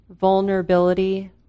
vulnerability